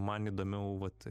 man įdomiau vat